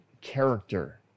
character